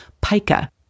pica